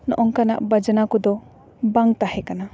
ᱱᱚᱜ ᱚᱝᱠᱟᱱᱟᱜ ᱵᱟᱡᱱᱟ ᱠᱚᱫᱚ ᱵᱟᱝ ᱛᱟᱦᱮᱸ ᱠᱟᱱᱟ